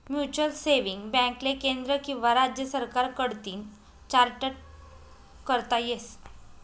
mutual saving बॅकले केंद्र किंवा राज्य सरकार कडतीन चार्टट करता येस